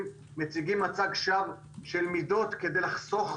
מציגים מצג שווא של מידות כדי לחסוך